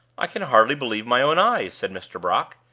i can hardly believe my own eyes, said mr. brock.